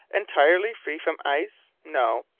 entirely free from ice? no.